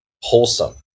wholesome